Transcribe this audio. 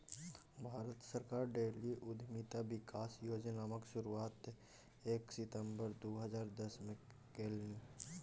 भारत सरकार डेयरी उद्यमिता विकास योजनाक शुरुआत एक सितंबर दू हजार दसमे केलनि